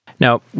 Now